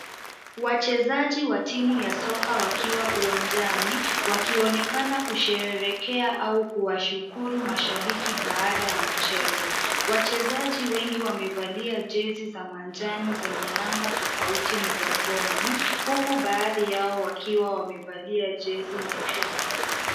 Wachezaji wa timu ya soka wakiwa uwanjani, wakionekana kusherehekea au kuwashukuru mashabiki baada ya mchezo. Wachezaji wengi wamevalia jezi za manjano zenye namba tofauti mgongoni huku baadhi yao wakiwa wamevalia jezi nyekundu.